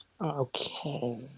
Okay